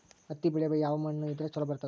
ಹತ್ತಿ ಬೆಳಿ ಯಾವ ಮಣ್ಣ ಇದ್ರ ಛಲೋ ಬರ್ತದ?